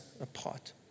apart